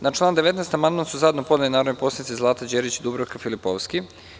Na član 19. amandman su zajedno podneli narodni poslanici Zlata Đerić i Dubravka Filipovski.